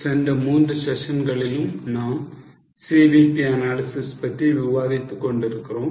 சென்ற 3 செஷன்களிலும் நாம் CVP analysis பற்றி விவாதித்துக் கொண்டிருக்கிறோம்